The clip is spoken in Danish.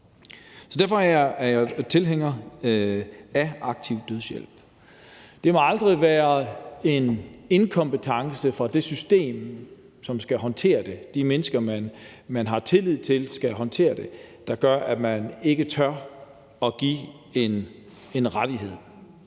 derfor er jeg tilhænger af aktiv dødshjælp. Det må aldrig være en inkompetence hos det system, som skal håndtere det, fra de menneskers side, som man har tillid til skal håndtere det, der gør, at man ikke tør at give en rettighed.